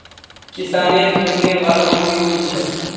किसानेर सुनने वाला कोई नी छ